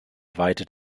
weite